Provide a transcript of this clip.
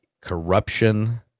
corruption